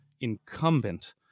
incumbent